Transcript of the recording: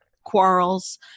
Quarrels